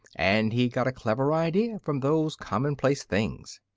and he got a clever idea from those commonplace things.